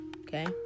okay